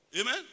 Amen